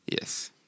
Yes